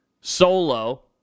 solo